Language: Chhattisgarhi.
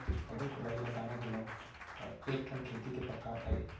रूख राई लगाना घलौ ह एक ठन खेती के परकार अय